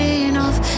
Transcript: enough